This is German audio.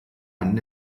einen